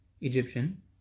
egyptian